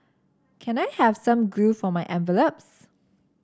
can I have some glue for my envelopes